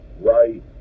Right